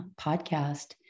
podcast